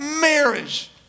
marriage